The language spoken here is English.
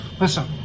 Listen